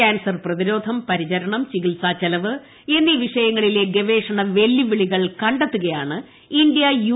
cancer പ്രതിരോധം പരിചരണം ചികിത്സാ ചെലവ് എന്നീ വിഷയങ്ങളിലെ ഗവേഷണ വെല്ലുവിളികൾ കണ്ടെത്തുകയാണ് ഇന്ത്യ യു